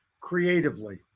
Creatively